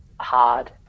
hard